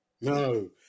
no